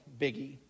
biggie